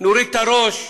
נוריד את הראש,